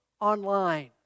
online